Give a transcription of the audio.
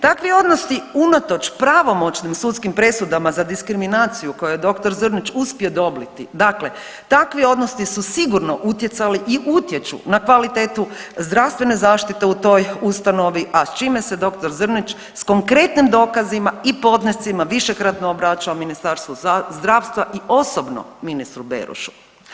Takvi odnosi unatoč pravomoćnim sudskim presudama za diskriminaciju koju je dr. Zrnić uspio dobiti, dakle takvi odnosi su sigurno utjecali i utječu na kvalitetu zdravstvene zaštite u toj ustanovi, a s čime se dr. Zrnić s konkretnim dokazima i podnescima višekratno obraćao Ministarstvu zdravstva i osobno ministru Berošu.